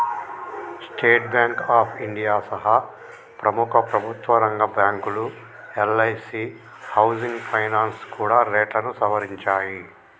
state Bank of India సహా ప్రముఖ ప్రభుత్వరంగ బ్యాంకులు, ఎల్ఐసీ హౌసింగ్ ఫైనాన్స్ కూడా రేట్లను సవరించాయి